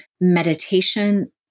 Meditation